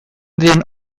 diren